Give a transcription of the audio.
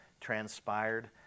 transpired